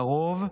לרוב,